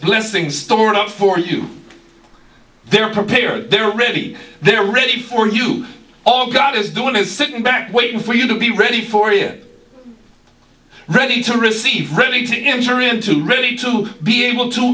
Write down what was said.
blessing stored up for you they're prepared they're ready they're ready for you all got is doing is sitting back waiting for you to be ready for you're ready to receive ready to enter into ready to be able to